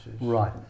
right